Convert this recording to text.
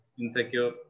insecure